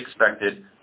expected